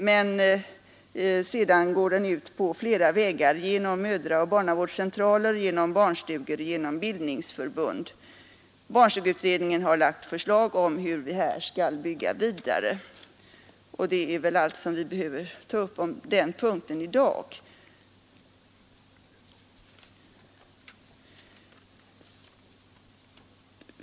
Men sedan går den ut på flera vägar genom mödraoch barnavårdscentraler, barnstugor och bildningsförbund. Barnstugeutredningen har lagt fram förslag om hur vi här skall bygga vidare. Det är väl allt vi behöver ta upp om den punkten i dag.